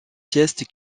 sieste